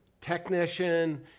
technician